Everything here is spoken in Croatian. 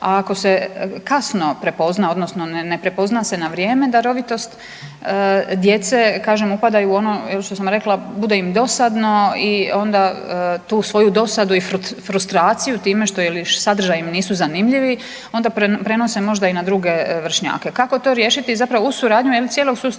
A ako se kasno prepozna, odnosno ne prepozna se na vrijeme darovitost djece, kažem djeca upadaju u ono što sam rekla bude im dosadno i onda tu svoju dosadu i frustraciju time što ili što im sadržaji nisu zanimljivi onda prenose možda i na druge vršnjake. Kako to riješiti zapravo uz suradnju jednog cijelog sustava